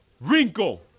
Wrinkle